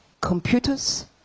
computers